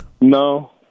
No